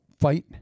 fight